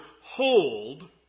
hold